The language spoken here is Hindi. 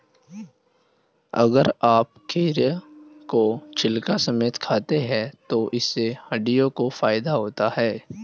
अगर आप खीरा को छिलका समेत खाते हैं तो इससे हड्डियों को फायदा होता है